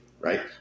right